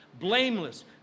blameless